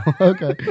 Okay